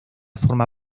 forma